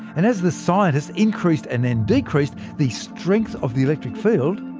and as the scientists increased and and decreased the strength of the electric field,